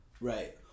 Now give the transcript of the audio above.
Right